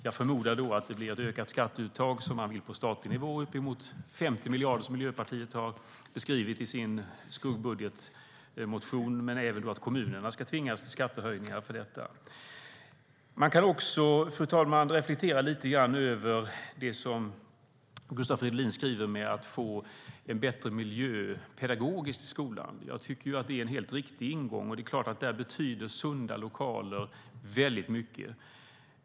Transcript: Jag förmodar då att det blir ett ökat skatteuttag på statlig nivå på uppemot 50 miljarder, som Miljöpartiet har beskrivit i sin skuggbudgetmotion, men även att kommunerna ska tvingas till skattehöjningar för detta. Fru talman! Man kan också reflektera lite grann över det som Gustav Fridolin skriver om att få en bättre pedagogisk miljö i skolan. Jag tycker att det är en helt riktig ingång, och det är klart att där betyder sunda lokaler väldigt mycket.